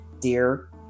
dear